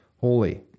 holy